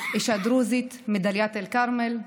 אישה דרוזית מדאלית אל-כרמל,